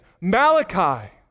Malachi